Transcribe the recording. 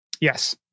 yes